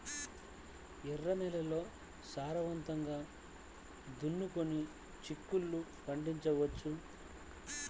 ఎర్ర నేలల్లో సారవంతంగా దున్నుకొని చిక్కుళ్ళు పండించవచ్చు